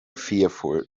fearful